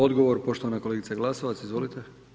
Odgovor poštovana kolegica Glasovac, izvolite.